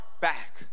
back